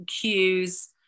cues